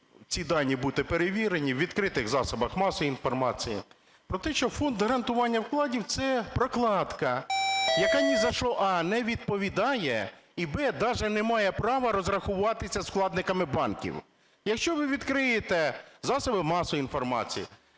ці дані, бути перевірені в відкритих засобах масової інформації, про те, що Фонд гарантування вкладів – це прокладка, яка ні за що: а) не відповідає; і б) даже не має права розрахуватися з вкладниками банків. Якщо ви відкриєте засоби масової інформації,